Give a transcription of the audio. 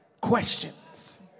questions